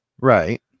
Right